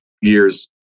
years